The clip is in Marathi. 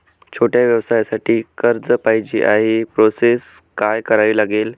छोट्या व्यवसायासाठी कर्ज पाहिजे आहे प्रोसेस काय करावी लागेल?